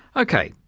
ok,